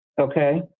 Okay